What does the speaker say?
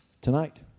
tonight